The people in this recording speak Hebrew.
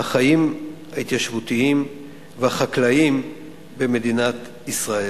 החיים ההתיישבותיים והחקלאיים במדינת ישראל.